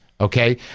Okay